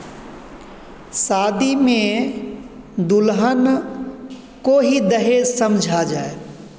शादी में दुल्हन को ही दहेज समझा जाए